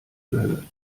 gehört